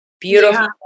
beautiful